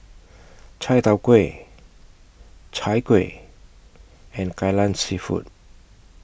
Chai Tow Kuay Chai Kuih and Kai Lan Seafood